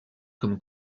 comme